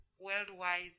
worldwide